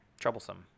troublesome